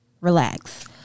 relax